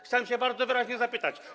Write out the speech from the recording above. Chciałem się bardzo wyraźnie zapytać.